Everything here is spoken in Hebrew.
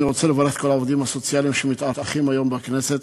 אני רוצה לברך את כל העובדים הסוציאליים שמתארחים היום בכנסת.